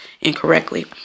incorrectly